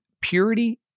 purity